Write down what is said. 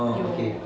oh okay